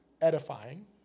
edifying